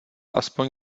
aspoň